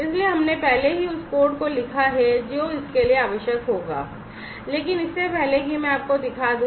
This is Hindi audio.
इसलिए हमने पहले ही उस कोड को लिखा है जो इसके लिए आवश्यक होगा लेकिन इससे पहले कि मैं आपको दिखा दूं